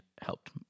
helped